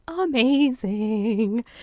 amazing